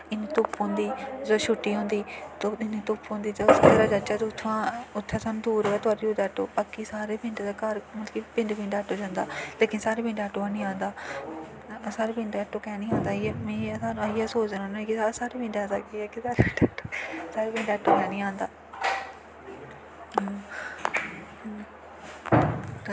धुप्प होंदी जिसलै छुट्टी होंदी ते इन्नी धुप्प होंदी ते सबेल्ला जाचै ते उत्थुआं उत्थै सानूं दूर गै तोआरी ओड़दा आटो बाकी सारे पिंड दे घर मतलब कि पिंड पिंड आटो जंदा लेकिन साढ़े पिंड आटो हैन्नी आंदा साढ़े पिंड आटो कैंह् निं आंदा में इ'यै सोचदी रौह्न्नीं कि साढ़ै पिंड ऐसा केह् ऐ साढ़े पिंड आटो निं आंदा